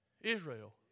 Israel